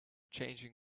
changing